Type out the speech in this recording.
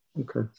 Okay